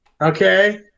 Okay